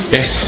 Yes